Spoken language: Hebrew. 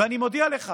ואני מודיע לך